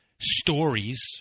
stories